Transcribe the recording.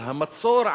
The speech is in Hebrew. על המצור,